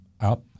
up